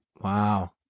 Wow